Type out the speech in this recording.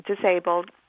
disabled